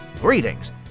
Greetings